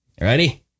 ready